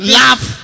love